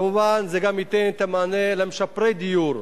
מובן שזה גם ייתן מענה למשפרי דיור,